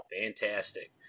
Fantastic